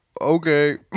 okay